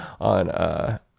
On